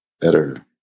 Better